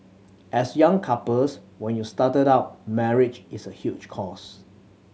as young couples when you started out marriage is a huge cost